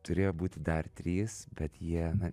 turėjo būti dar trys bet jie